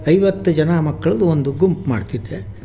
ಐವತ್ತು ಜನ ಮಕ್ಕಳದು ಒಂದು ಗುಂಪು ಮಾಡ್ತಿದ್ದೆ